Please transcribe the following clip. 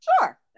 Sure